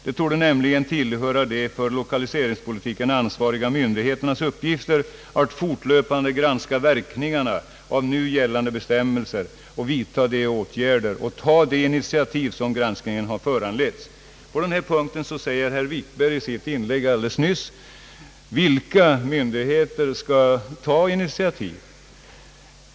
Det torde nämligen tillhöra de för lokaliseringspolitiken ansvariga myndigheternas uppgifter att fortlöpande granska verkningarna av gällande bestämmelser och att vidtaga de åtgärder samt ta de initiativ som granskningen kan föranleda. Beträffande denna punkt undrade herr Wikberg i sitt inlägg nyss vilka myndigheter som skall ta dessa initiativ.